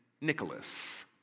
Nicholas